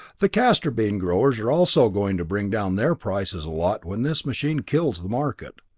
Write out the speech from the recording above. the castor bean growers are also going to bring down their prices a lot when this machine kills the market.